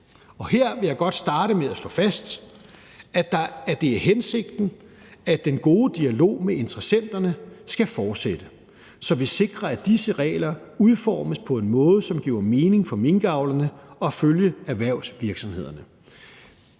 Her vil jeg godt starte med at slå fast, at det er hensigten, at den gode dialog med interessenterne skal fortsætte, så vi sikrer, at disse regler udformes på en måde, som giver mening for minkavlerne og følgeerhvervsvirksomhederne.